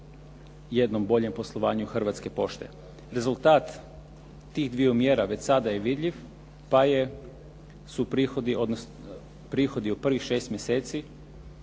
jednom boljem poslovanju Hrvatske pošte. Rezultat tih dviju mjera već sada je vidljiv, pa je, su prihodi, odnosno, prihodi